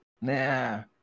nah